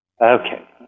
Okay